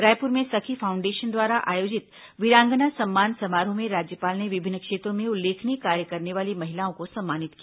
रायपुर में सखी फाउंडेशन द्वारा आयोजित वीरांगना सम्मान समारोह में राज्यपाल ने विभिन्न क्षेत्रों में उल्लेखनीय कार्य करने वाले महिलाओं को सम्मानित किया